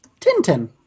Tintin